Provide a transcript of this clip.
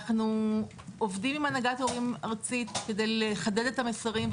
אנחנו עובדים עם הנהגת הורים ארצית כדי לחדד את המסרים,